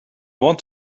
want